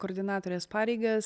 koordinatorės pareigas